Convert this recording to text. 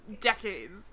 decades